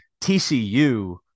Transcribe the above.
TCU